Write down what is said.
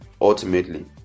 ultimately